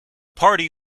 party